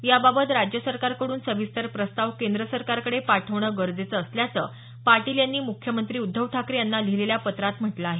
याबाबत राज्य सरकारकडून सविस्तर प्रस्ताव केंद्र सरकारकडे पाठविणं गरजेचं असल्याचं पाटील यांनी मुख्यमंत्री उद्धव ठाकरे यांना लिहिलेल्या पत्रात म्हटलं आहे